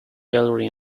gallery